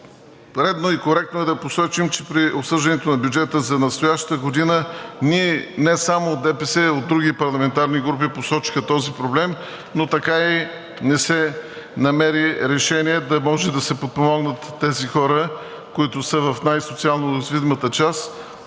Редно и коректно е да посочим, че при обсъждането на бюджета за настоящата година, ние, не само от ДПС, но и от други парламентарни групи посочиха този проблем, но така и не се намери решение да може да се подпомогнат тези хора, които са в най-социално уязвимата част.